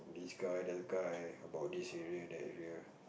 this guy that other guy about this area that area